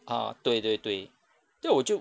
ah 对对对对那我就